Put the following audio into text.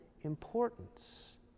importance